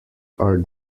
are